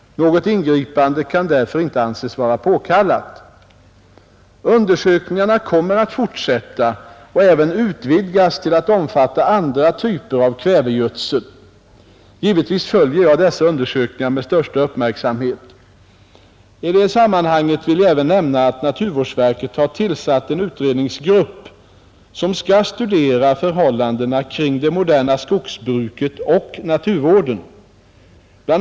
Något ingripande kan därför inte anses vara påkallat. Undersökningarna kommer att fortsätta och även utvidgas till att omfatta andra typer av kvävegödsel. Givetvis följer jag dessa undersökningar med största uppmärksamhet. I detta sammanhang vill jag även nämna att naturvårdsverket har tillsatt en utredningsgrupp som skall studera förhållandena kring det moderna skogsbruket och naturvården. BI.